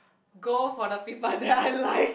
go for the people that I like